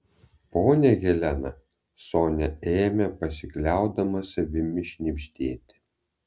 ponia helena sonia ėmė pasikliaudama savimi šnibždėti